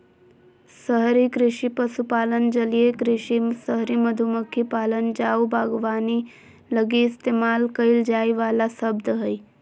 शहरी कृषि पशुपालन, जलीय कृषि, शहरी मधुमक्खी पालन आऊ बागवानी लगी इस्तेमाल कईल जाइ वाला शब्द हइ